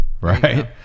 right